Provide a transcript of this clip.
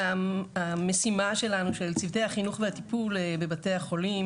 המשימה שלנו של צוותי החינוך והטיפול בבתי החולים